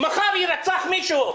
מחר יירצח מישהו,